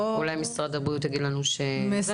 אולי משרד הבריאות יגיד לנו שזה.